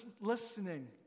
listening